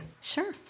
sure